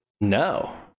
No